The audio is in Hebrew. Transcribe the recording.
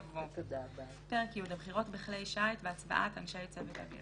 יבוא: "פרק י': הבחירות בכלי שיט והצבעת אנשי צוות אוויר